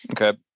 Okay